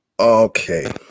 Okay